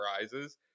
arises